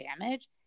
damage